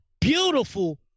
Beautiful